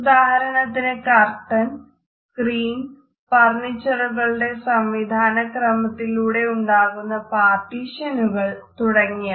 ഉദാഹരണത്തിന് curtain screen ഫർണ്ണീച്ചറുകളുടെ സംവിധാന ക്രമത്തിലൂടെ ഉണ്ടാക്കുന്ന പാർട്ടീഷ്യനുകൾ തുടങ്ങിയവ